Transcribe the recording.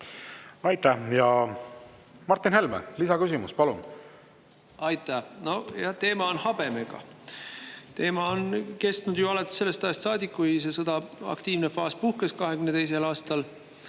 Aitäh! Martin Helme, lisaküsimus, palun! Aitäh! Teema on habemega. Teema on kestnud ju alates sellest ajast saadik, kui see sõja aktiivne faas puhkes 2022. aastal.